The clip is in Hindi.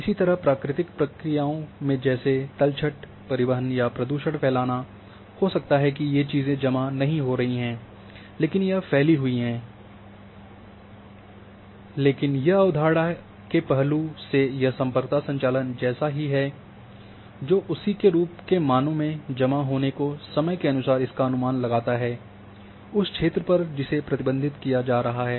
इसी तरह प्राकृतिक प्रक्रियाओं में जैसे तलछट परिवहन या प्रदूषण फैलाना हो सकता है कि ये चीजें जमा नहीं हो रही हों लेकिन यह फैली हुई हैं लेकिन यह अवधारणा के पहलू से यह सम्पर्कता संचालन जैसा ही है जो उसी के रूप में मानों के जमा होने को समय के अनुसार इसका अनुमान लगाता है उस क्षेत्र पर जिसे प्रतिबंधित किया जा रहा है